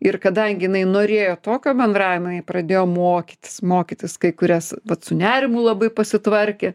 ir kadangi jinai norėjo tokio bendravimo ji pradėjo mokytis mokytis kai kurias vat su nerimu labai pasitvarkė